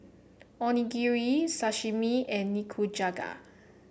Onigiri Sashimi and Nikujaga